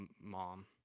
Mom